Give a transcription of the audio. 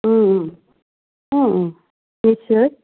নিশ্চয়